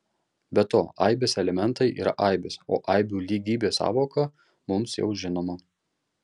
be to aibės elementai yra aibės o aibių lygybės sąvoka mums jau žinoma